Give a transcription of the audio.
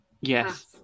Yes